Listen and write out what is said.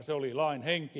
se oli lain henki